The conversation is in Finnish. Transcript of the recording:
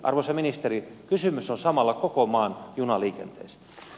arvoisa ministeri kysymys on samalla koko maan junaliikenteestä